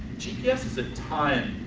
gps is a time